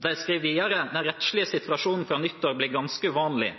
De skriver videre: «Den rettslige situasjonen fra nyttår blir ganske uvanlig.